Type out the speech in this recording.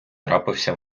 трапився